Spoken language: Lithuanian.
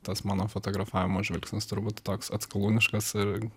tas mano fotografavimo žvilgsnis turbūt toks atskalūniškas ir